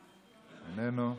איננו,